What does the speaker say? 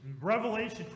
Revelation